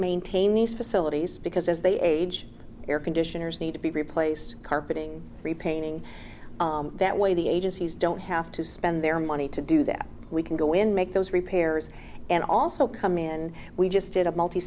maintain these facilities because as they age air conditioners need to be replaced carpeting repainting that way the agencies don't have to spend their money to do that we can go in make those repairs and also come in we just did a